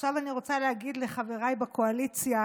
עכשיו אני רוצה להגיד לחבריי בקואליציה